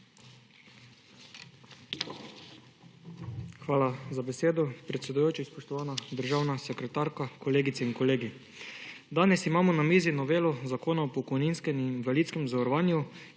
Hvala za besedo, predsedujoči. Spoštovana državna sekretarka, kolegice in kolegi! Danes imamo na mizi novelo Zakona o pokojninskem in invalidskem zavarovanju,